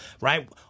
Right